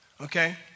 Okay